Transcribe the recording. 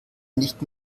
nicht